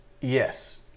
yes